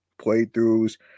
playthroughs